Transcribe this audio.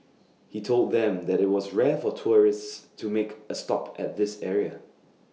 he told them that IT was rare for tourists to make A stop at this area